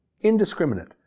Indiscriminate